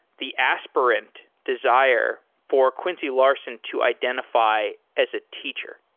the aspirant desire for quincy larson to identify as a teacher?